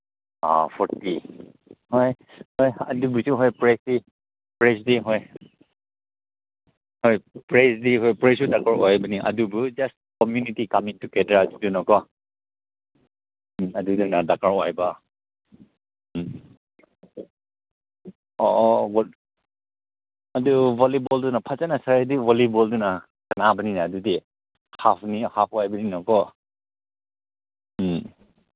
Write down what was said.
ꯑꯣ ꯐꯣꯔꯇꯤ ꯍꯣꯏ ꯍꯣꯏ ꯑꯗꯨꯕꯨꯁꯨ ꯍꯣꯏ ꯄ꯭ꯔꯥꯏꯁꯇꯤ ꯄ꯭ꯔꯥꯏꯁꯇꯤ ꯍꯣꯏ ꯍꯣꯏ ꯄ꯭ꯔꯥꯏꯁꯇꯤ ꯍꯣꯏ ꯄ꯭ꯔꯥꯏꯁꯁꯨ ꯗꯔꯀꯥꯔ ꯑꯣꯏꯕꯅꯤ ꯑꯗꯨꯕꯨ ꯖꯁ ꯀꯃꯨꯅꯤꯇꯤ ꯀꯃꯤꯡ ꯇꯨꯒꯦꯗꯔ ꯑꯗꯨꯅꯀꯣ ꯎꯝ ꯑꯗꯨꯗꯨꯅ ꯗꯔꯀꯥꯔ ꯑꯣꯏꯕ ꯎꯝ ꯑꯣ ꯑꯣ ꯑꯗꯨ ꯚꯣꯂꯤꯕꯣꯜꯗꯨꯅ ꯐꯖꯅ ꯁꯥꯟꯅꯔꯗꯤ ꯚꯣꯂꯤꯕꯣꯜꯗꯨꯅ ꯁꯥꯟꯅꯕꯅꯤ ꯑꯗꯨꯗꯤ ꯍꯥꯞꯅꯤ ꯍꯥꯞ ꯑꯣꯏꯕꯅꯤꯅꯀꯣ ꯎꯝ